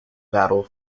battle